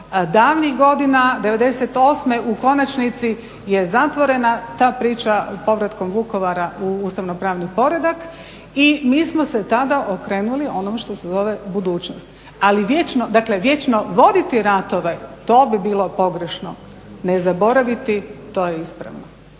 davnih godina, '98. u konačnici je zatvorena ta priča povratkom Vukovara u ustavno-pravni poredak i mi smo se tada okrenuli onom što se zove budućnost. Ali vječno, dakle vječno voditi ratove, to bi bilo pogrešno. Ne zaboraviti, to je ispravno.